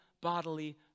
bodily